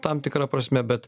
tam tikra prasme bet